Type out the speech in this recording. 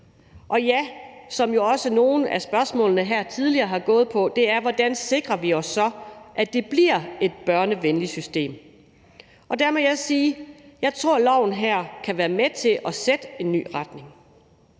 Og ja, som jo også nogle af spørgsmålene her tidligere har gået på, nemlig hvordan vi så sikrer os, at det bliver et børnevenligt system. Der må jeg sige, at jeg tror, at loven her kan være med til at sætte en ny retning.